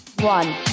one